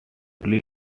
simply